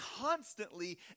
constantly